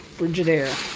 frigidaire.